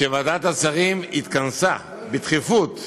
שוועדת השרים התכנסה בדחיפות,